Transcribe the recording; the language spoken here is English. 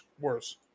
worse